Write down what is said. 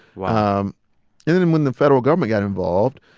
um and and when the federal government got involved,